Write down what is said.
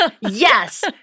Yes